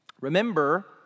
Remember